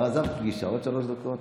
כבר עזבת פגישה, עוד שלוש דקות.